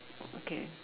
okay